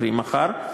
קרי מחר,